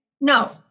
No